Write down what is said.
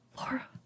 Laura